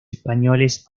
españoles